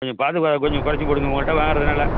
கொஞ்சம் பார்த்து கொஞ்சம் கொறைச்சி போடுங்க உங்கள்ட வாங்கிறதுனால